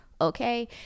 Okay